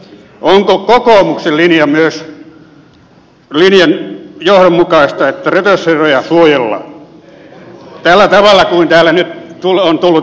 onko kokoomuksen linjalle johdonmukaista että rötösherroja suojellaan tällä tavalla kuin täällä nyt on tullut esille